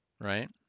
Right